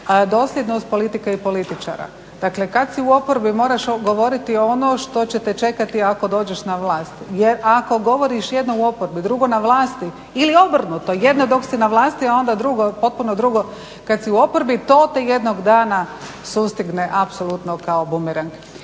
dosljednost politike i političara. Dakle, kada si u oporbi, moraš govoriti ono što će te čekati ako dođeš na vlast jer ako govoriš jednoj u oporbi, drugo na vlasti ili obrnuto, jedno dok si na vlasti, a onda potpuno drugo kada si u oporbi, to te jednog dana sustigne, apsolutno kao bumerang.